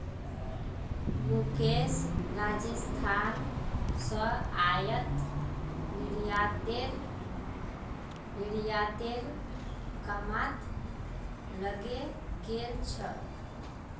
मुकेश राजस्थान स आयात निर्यातेर कामत लगे गेल छ